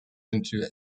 into